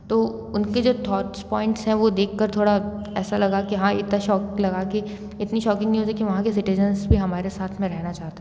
तो उनके जो थॉट्स पॉइंट्स हैं वो देखकर थोड़ा ऐसा लगा के हाँ इतना शॉक लगा कि इतनी शॉकिंग न्यूज़ है कि वहाँ के सिटीजन भी हमारे साथ में रहना चाहते हैं